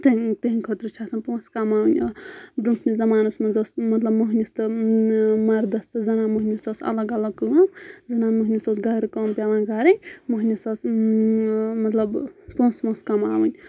تِہنٛدِ خٲطرٕ چھِ آسان پونٛسہٕ کَماوٕنۍ برونٛہہ کُنہِ زَمانَس منٛز ٲس مطلب مۄہنِوِس تہٕ مَردَس تہٕ زَنان مۄہنِوِس ٲس الگ الگ کٲم زَنان مۄہنوِس اوس گرٕ کٲم پؠوان گَرٕمۄہنِوِس ٲس مطلب پونٛسہٕ پونٛسہٕ کَماوٕنۍ